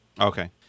Okay